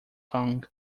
kong